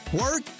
work